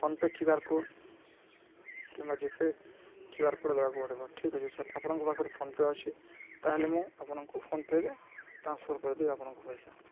PhonePe QR code କିମ୍ବା G Pay QR code ଦେବାକୁ ପଡ଼ିବ ଠିକ୍ ଅଛି ସାର୍ ଆପଣଙ୍କ ପାଖରେ ଫୋନ୍ପେ ଅଛି ତାହେଲେ ମୁଁ ଆପଣଙ୍କୁ ଫୋନ୍ପେରେ ଟ୍ରାନ୍ସଫର୍ କରିଦେବି ଆପଣଙ୍କ ପଇସା